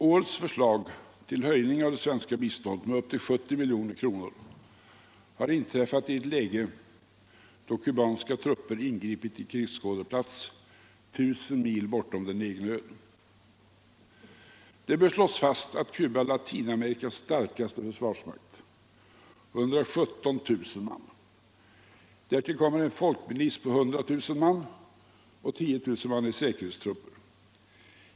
Årets förslag om höjning av det svenska biståndet upp till 70 milj.kr. har inträffat i ett läge då kubanska trupper ingripit i en krigsskådeplats tusen mil bortom den egna ön. Det bör slås fast att Cuba har Latinamerikas starkaste försvarsmakt, 117 000 man. Därtill kommer en folkmilis på 100 000 man och 10 000 i säkerhetstrupper.